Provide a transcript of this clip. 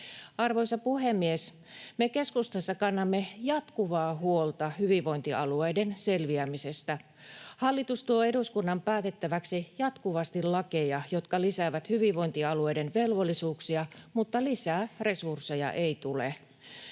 Arvoisa puhemies! Me keskustassa kannamme jatkuvaa huolta hyvinvointialueiden selviämisestä. Hallitus tuo eduskunnan päätettäväksi jatkuvasti lakeja, jotka lisäävät hyvinvointialueiden velvollisuuksia, mutta lisää resursseja ei tule.